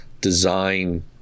design